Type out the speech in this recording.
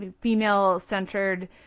female-centered